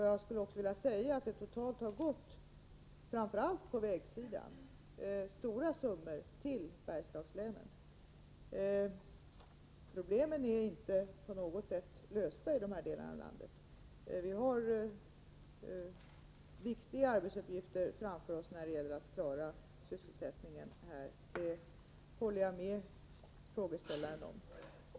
Jag skulle också vilja säga att det totalt har gått stora summor till Bergslagslänen, framför allt på vägsidan. Problemen i de här delarna av landet är inte på något sätt lösta. Vi har viktiga arbetsuppgifter framför oss när det gäller att klara sysselsättningen här — det håller jag med frågeställaren om.